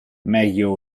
meglio